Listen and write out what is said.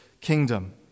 kingdom